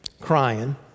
crying